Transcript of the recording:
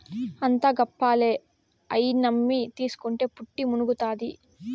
అంతా గప్పాలే, అయ్యి నమ్మి తీస్కుంటే పుట్టి మునుగుతాది